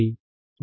1